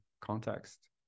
context